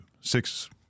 six